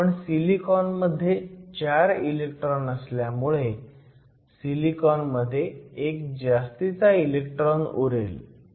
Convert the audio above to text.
पण सिलिकॉनमध्ये 4 इलेक्ट्रॉन असल्यामुळे सिलिकॉन मध्ये एक जास्तीचा इलेक्ट्रॉन उरेल